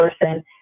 person